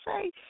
say